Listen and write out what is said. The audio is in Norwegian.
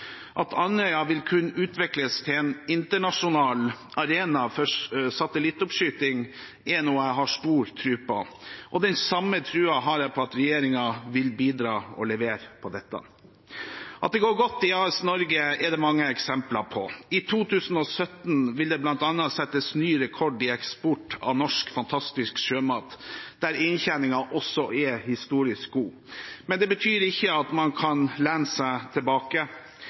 At Andøya vil kunne utvikles til en internasjonal arena for satellittoppskyting, er noe jeg har stor tro på. Og den samme troen har jeg på at regjeringen vil bidra og levere på dette. At det går godt i AS Norge, er det mange eksempler på. I 2017 vil det bl.a. settes ny rekord i eksport av norsk, fantastisk sjømat, der inntjeningen også er historisk god. Men det betyr ikke at man kan lene seg tilbake.